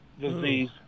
disease